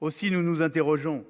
aussi, nous nous interrogeons